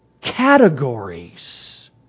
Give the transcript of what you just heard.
categories